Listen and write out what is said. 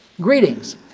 Greetings